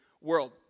world